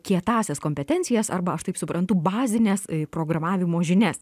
kietąsias kompetencijas arba aš taip suprantu bazines programavimo žinias